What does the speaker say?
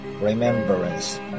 remembrance